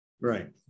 right